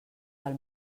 del